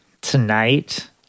tonight